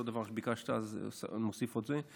אותו דבר שביקשת, אז אני מוסיף את זה.